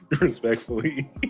Respectfully